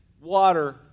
water